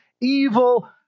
evil